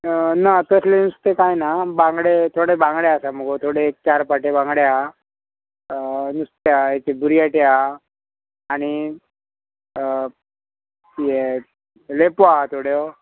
ना तसलें नुस्तें कांय ना बांगडे थोडे बांगडे आसा मुगो थोडे एक चार पाटे बांगडे आहा नुस्तें आहा बुरयाटें आहा आनी हें लेपो आहा थोड्यो